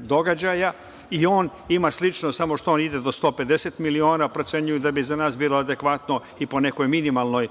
događaja i on ima sličnost samo što on ide do 150 miliona, procenjuju da bi za nas bilo adekvatno i po nekoj minimalnoj